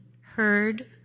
heard